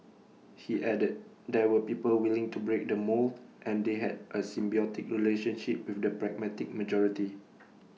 he added there were people willing to break the mould and they had A symbiotic relationship with the pragmatic majority